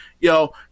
yo